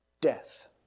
death